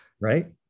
right